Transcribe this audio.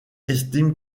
estime